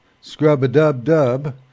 Scrub-a-dub-dub